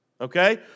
okay